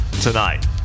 tonight